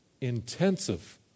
intensive